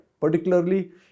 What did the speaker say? particularly